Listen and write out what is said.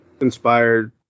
inspired